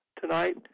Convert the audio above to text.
tonight